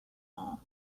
all